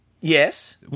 yes